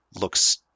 looks